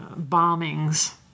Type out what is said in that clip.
bombings